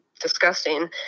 disgusting